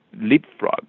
leapfrog